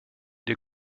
der